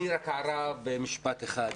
הערה במשפט אחד.